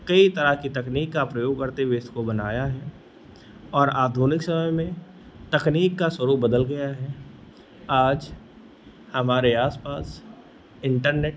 कई तरह की तकनीक का प्रयोग करते हुए इसको बनाया है और आधुनिक समय में तकनीक का स्वरूप बदल गया है आज हमारे आसपास इन्टरनेट